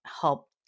help